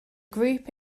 group